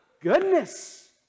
goodness